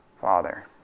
Father